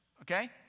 Okay